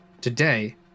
Today